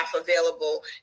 available